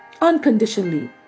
unconditionally